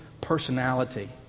personality